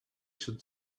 should